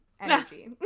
Energy